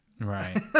Right